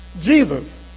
Jesus